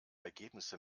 ergebnisse